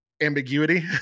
ambiguity